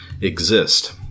exist